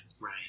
Right